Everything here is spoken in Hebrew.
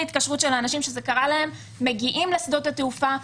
התקשרות של האנשים שזה קרה להם הם מגיעים לשדה התעופה,